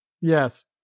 Yes